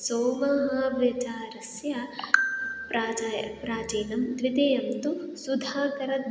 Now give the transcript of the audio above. सोमः विचारस्य प्राचीनं प्राचीनं द्वितीयं तु सुधाकरः